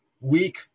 weak